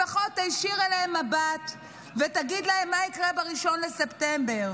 לפחות תישיר אליהם מבט ותגיד להם מה יקרה ב-1 בספטמבר.